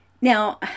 Now